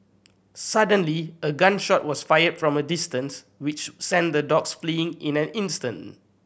suddenly a gun shot was fired from a distance which sent the dogs fleeing in an instant